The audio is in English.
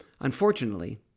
Unfortunately